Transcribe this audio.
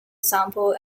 sample